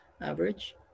average